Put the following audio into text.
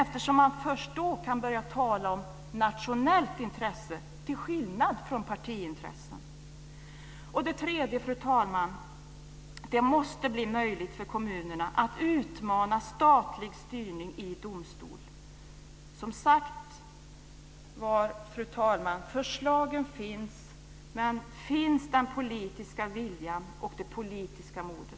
Först då kan man nämligen börja tala om nationellt intresse, till skillnad från partiintressen. Det måste också bli möjligt för kommunerna att utmana statlig styrning i domstol. Som sagt, fru talman, så finns förslagen. Men finns den politiska viljan och det politiska modet?